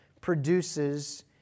produces